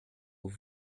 aux